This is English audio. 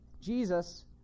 Jesus